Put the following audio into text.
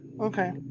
Okay